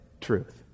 truth